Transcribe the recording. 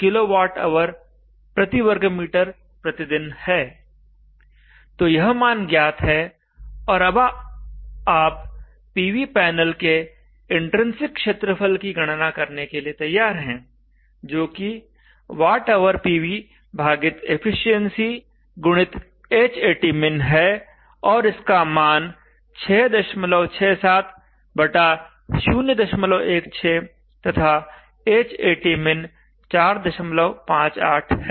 तो यह मान ज्ञात है और अब आप पीवी पैनल के इन्ट्रिन्सिक क्षेत्रफल की गणना करने के लिए तैयार हैं जो कि Whpv भागित एफिशिएंसी गुणित Hatmin है और इसका मान 667016 तथा Hatmin 458 है